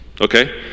Okay